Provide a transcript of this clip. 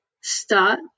start